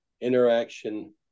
interaction